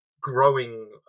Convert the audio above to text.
growing